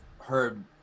heard